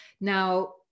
Now